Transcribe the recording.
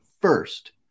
first